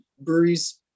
breweries